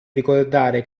ricordare